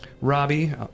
Robbie